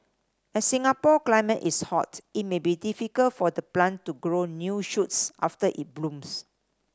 as Singapore climate is hot it may be difficult for the plant to grow new shoots after it blooms